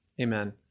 Amen